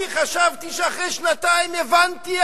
אני חשבתי שאחרי שנתיים הבנתי,